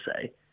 say